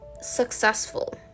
Successful